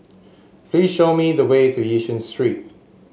please show me the way to Yishun Street